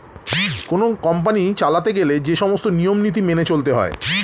কোন কোম্পানি চালাতে গেলে যে সমস্ত নিয়ম নীতি মেনে চলতে হয়